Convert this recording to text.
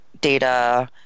data